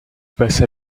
passe